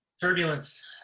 Turbulence